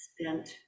spent